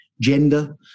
gender